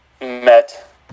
Met